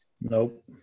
Nope